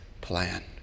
plan